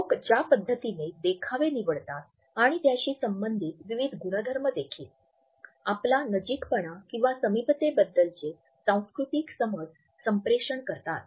लोक ज्या पद्धतीने देखावे निवडतात आणि त्याशी संबंधित विविध गुणधर्म देखील आपल्या नजीकपणा किंवा समीपते बद्दलचे सांस्कृतिक समज संप्रेषण करतात